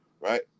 right